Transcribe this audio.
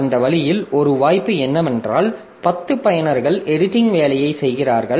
அந்த வழியில் ஒரு வாய்ப்பு என்னவென்றால் 10 பயனர்கள் எடிட்டிங் வேலையைச் செய்கிறார்கள்